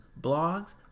blogs